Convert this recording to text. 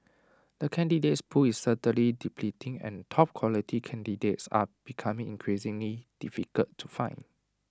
the candidates pool is certainly depleting and top quality candidates are becoming increasingly difficult to find